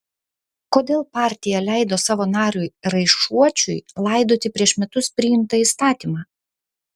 kodėl partija leido savo nariui raišuočiui laidoti prieš metus priimtą įstatymą